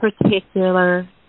particular